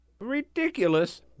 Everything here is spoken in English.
Ridiculous